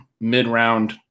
mid-round